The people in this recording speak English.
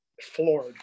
floored